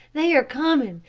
they are coming,